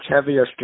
heavier